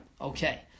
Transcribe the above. Okay